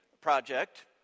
project